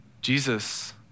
Jesus